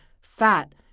Fat